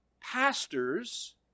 pastors